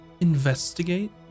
investigate